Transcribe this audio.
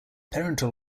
parental